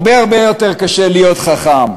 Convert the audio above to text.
הרבה הרבה יותר קשה להיות חכם.